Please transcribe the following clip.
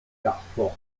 carfor